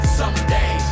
someday